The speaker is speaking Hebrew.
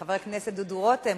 חבר הכנסת דודו רותם,